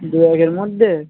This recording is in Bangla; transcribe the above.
দু একের মধ্যে